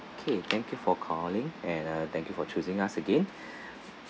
okay thank you for calling and uh thank you for choosing us again